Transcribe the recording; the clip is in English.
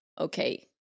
okay